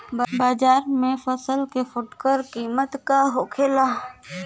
बाजार में फसल के फुटकर कीमत का होखेला?